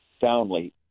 soundly